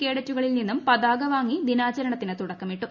കേഡറ്റുകളിൽ നിന്നും പതാക്യവാങ്ങി ദിനാചരണത്തിന് തുടക്കമിട്ടു